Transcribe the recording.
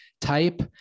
type